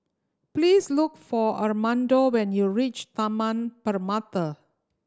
please look for Armando when you reach Taman Permata